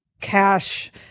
cash